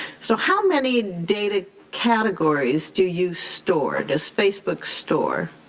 so how many data categories do you store, does facebook store?